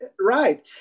Right